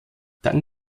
dann